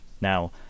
Now